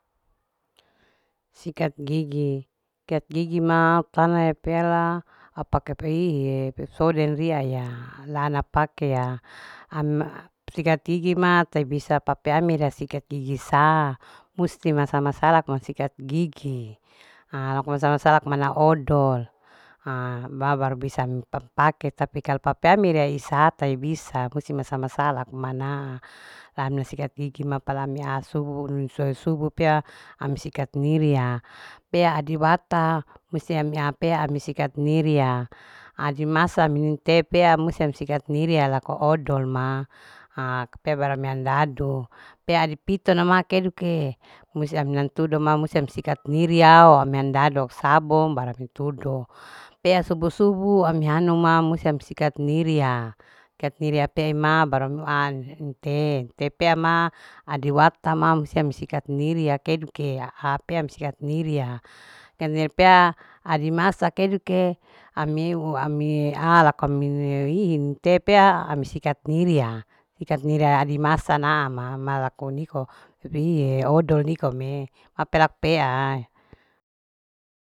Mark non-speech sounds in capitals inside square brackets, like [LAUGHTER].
Sikat gigi sikat gigi ma utana epea la au pake pehihi'e pepsoden ria ya lana pakea [UNINTELLIGIBLE] sikat gigi ma ta bisa rea papiami ria sikat gigi sa musti masa. masalaku ma sikat gigi ha laku masala. masala laku mana odol ha ba. baru bisa papake tapi kalu pape ami sarae isa tai bisa musi masa. masala ku manahan pa ami sikat gigi ma palami asu soe subuh pea ami sikat miri'a pea adi wata musti ami apea ami sikat ngiri'a adi masa mi tepea musti ami sikat ngiria laku odol ma ha pea barang mi dado pea adipitu nama keduke musti amilan tudo ma musti am sikat ngiri yao mendadosa sabong baru amintudo pea subu. subu ami hanoma musti ami sikat ngiri'a sikat ngiria pe ima baru amia minum te. te pea ma. adi wata ma samsikat ngiria ya keduke hapea ami sikat ngiri'a [UNINTELLIGIBLE] pea adi masa keduke amiu amia lako mi rihi mium te pea ami sikat ngiri'a. sikat ngiri'a adi masa namama laku niko rii'e odol nikome hape lakpea.